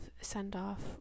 send-off